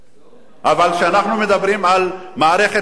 אבל כשאנחנו מדברים על מערכת רקובה,